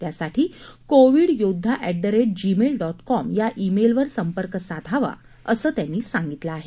त्यासाठी कोवीड योद्धा at the rate Gmail dot com या इमेलवर संपर्क साधावा असं त्यांनी सांगितलं आहे